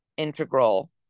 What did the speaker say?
integral